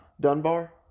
Dunbar